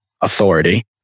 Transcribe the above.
authority